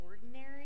ordinary